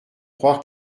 croire